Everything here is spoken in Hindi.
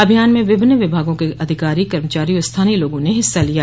अभियान में विभिन्न विभागों के अधिकारी कर्मचारी और स्थानीय लोगों ने हिस्सा लिया